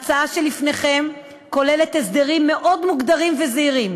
ההצעה שלפניכם כוללת הסדרים מאוד מוגדרים וזהירים,